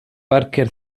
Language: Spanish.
parker